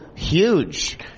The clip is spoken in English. Huge